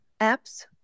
apps